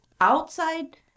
outside